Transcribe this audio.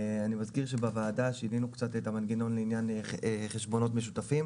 אני מזכיר שבוועדה שינינו קצת את המנגנון לעניין חשבונות משותפים,